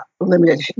limited